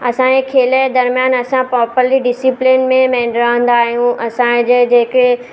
असांजे खेल जे दर्म्यानि असां पॉपरली डिसिप्लिन में म रहंदा आहियूं असांजे जेके